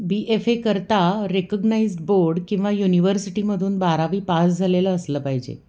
बी F एकरता recognised board किंवा युनिवर्सिटीमधून बारावी पास झालेलं असलं पाहिजे